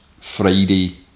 Friday